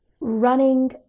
running